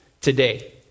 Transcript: today